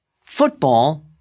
football